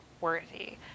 worthy